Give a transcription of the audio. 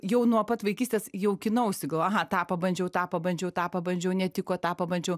jau nuo pat vaikystės jaukinausi galvoju aha tą pabandžiau tą pabandžiau tą pabandžiau netiko tą pabandžiau